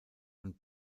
und